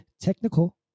Technical